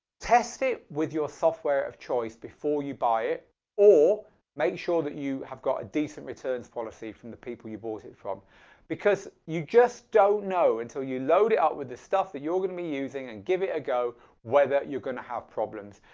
test it with your software of choice before you buy it or make sure that you have got a decent returns policy from the people you bought it from because you just don't know until you load it up with the stuff that you're going to be using and give it a go whether you're going to have problems.